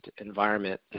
environment